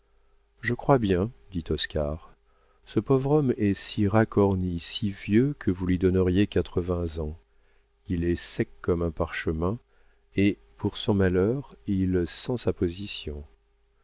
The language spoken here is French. je crois bien dit oscar ce pauvre homme est si racorni si vieux que vous lui donneriez quatre-vingts ans il est sec comme un parchemin et pour son malheur il sent sa position